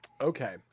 Okay